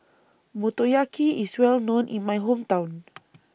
Motoyaki IS Well known in My Hometown